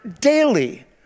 daily